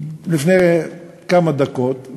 לפני כמה דקות.